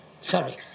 sorry